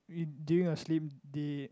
you during your slim day